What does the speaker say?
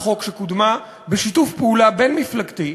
חוק שקודמה בשיתוף פעולה בין-מפלגתי,